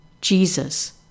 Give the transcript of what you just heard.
Jesus